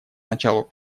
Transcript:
началу